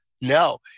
no